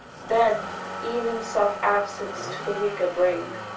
than even self-absence to the weaker brain.